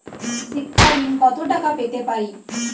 শিক্ষা ঋণ কত টাকা পেতে পারি?